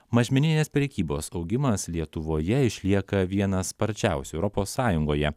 mažmeninės prekybos augimas lietuvoje išlieka vienas sparčiausių europos sąjungoje